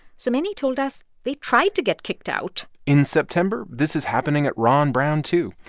so many told us they tried to get kicked out in september, this is happening at ron brown, too,